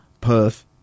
Perth